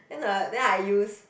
then um then I use